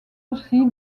aussi